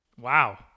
Wow